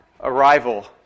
arrival